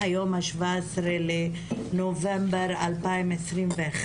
היום ה-17 בנובמבר 2021,